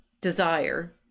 desire